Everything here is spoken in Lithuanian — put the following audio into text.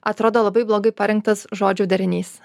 atrodo labai blogai parinktas žodžių derinys